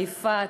חיפה,